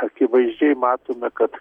akivaizdžiai matome kad